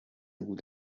بود